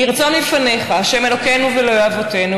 "יהי רצון מלפניך ה' אלוהינו ואלוהי אבותינו,